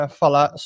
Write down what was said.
falar